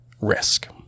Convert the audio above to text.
risk